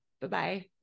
Bye-bye